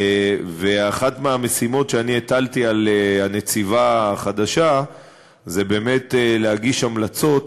ואחת המשימות שאני הטלתי על הנציבה החדשה זה באמת להגיש המלצות